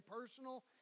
personal